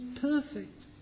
perfect